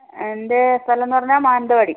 എൻ്റെ സ്ഥലം എന്ന് പറഞ്ഞാൽ മാനന്തവാടി